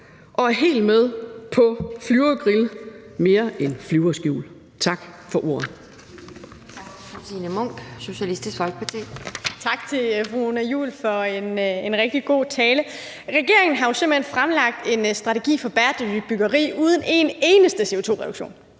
og er helt med på Flyvergrillen – mere end flyverskjul. Tak for ordet.